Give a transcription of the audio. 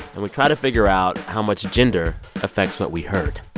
and we try to figure out how much gender affects what we heard.